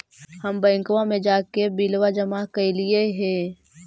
हम बैंकवा मे जाके बिलवा जमा कैलिऐ हे?